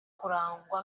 kurangwa